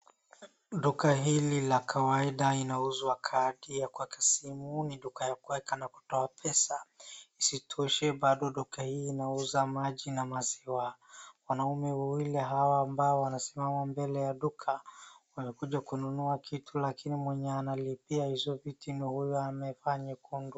Duka hili la kawaida inauzwa kati ya msimuni ni duka ya kueka na kutoa pesa. Isitoshe bado duka hii inauza maji na maziwa. Wanaume wawili hawa ambao wanasimama mbele ya duka wanakuja kununua kitu lakini mwenye analipia hizo vitu ndo huyu amevaa nyekundu.